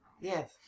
Yes